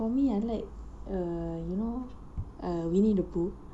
for me I like err you know err winnie the pooh